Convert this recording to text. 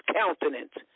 countenance